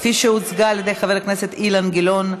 כפי שהוצגה על ידי חבר הכנסת אילן גילאון.